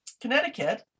Connecticut